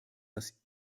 das